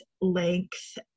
length